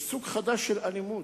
יש סוג חדש של אלימות,